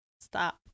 Stop